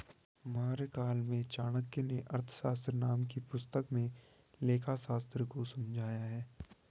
मौर्यकाल में चाणक्य नें अर्थशास्त्र नाम की पुस्तक में लेखाशास्त्र को समझाया है